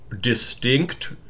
distinct